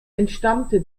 entstammte